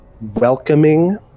welcoming